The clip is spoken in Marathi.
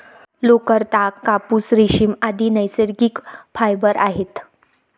लोकर, ताग, कापूस, रेशीम, आदि नैसर्गिक फायबर आहेत